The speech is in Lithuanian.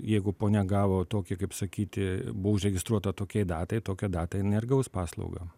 jeigu ponia gavo tokį kaip sakyti bu užregistruota tokiai datai tokią datą jinai ir gaus paslaugą